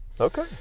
Okay